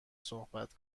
صحبت